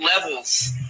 levels